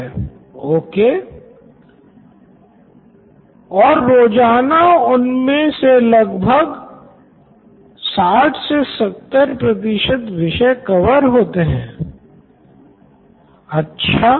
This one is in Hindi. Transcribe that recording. okay Nitin Kurian COO Knoin electronics और रोज़ाना उनमे से लगभग ६० से ७० प्रतिशत विषय कवर होते है प्रोफेसर अच्छा